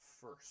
first